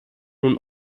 nun